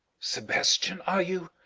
sebastian are you?